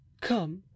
Come